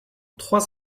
trois